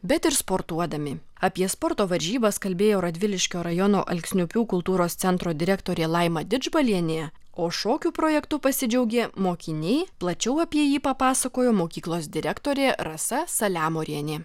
bet ir sportuodami apie sporto varžybas kalbėjo radviliškio rajono alksniupių kultūros centro direktorė laima didžbalienė o šokių projektu pasidžiaugė mokiniai plačiau apie jį papasakojo mokyklos direktorė rasa saliamorienė